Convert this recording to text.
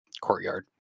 courtyard